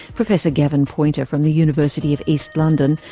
professor gavin poynter from the university of east london,